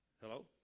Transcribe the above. Hello